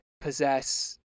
possess